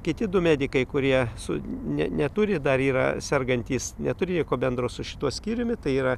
kiti du medikai kurie su ne neturi dar yra sergantys neturi nieko bendro su šituo skyriumi tai yra